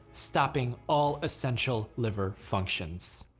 stopping all essential liver functions.